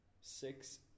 Six